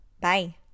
Bye